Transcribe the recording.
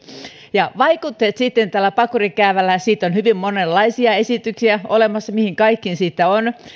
ja vaikutteet tällä pakurikäävällä siitä on hyvin monenlaisia esityksiä olemassa mihin kaikkeen siitä on